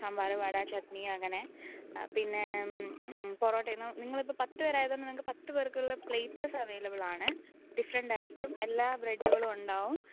സാമ്പാർ വട ചട്ട്ണി അങ്ങനെ പിന്നെ പൊറോട്ട എന്ന് നിങ്ങൾ ഇപ്പം പത്ത് പേർ ആയതുകൊണ്ട് പത്ത് പേർക്കുള്ള പ്ലാറ്റർസ് അവൈലബിൾ ആണ് ഡിഫറെൻറ് ആയിരിക്കും എല്ലാ ബ്രെഡുകളും ഉണ്ടാവും